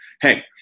Hey